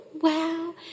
Wow